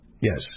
Yes